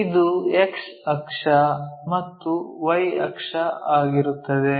ಇದು X ಅಕ್ಷ ಮತ್ತು Y ಅಕ್ಷವಾಗಿರುತ್ತದೆ